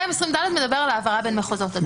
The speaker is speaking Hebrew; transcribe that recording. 220ד מדבר על העברה בין מחוזות.